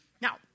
Now